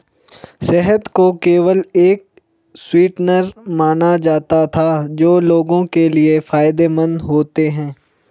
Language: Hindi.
शहद को केवल एक स्वीटनर माना जाता था जो लोगों के लिए फायदेमंद होते हैं